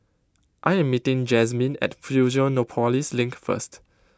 I am meeting Jazmin at Fusionopolis Link first